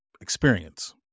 experience